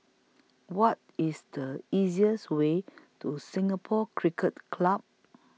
What IS The easiest Way to Singapore Cricket Club